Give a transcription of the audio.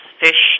fish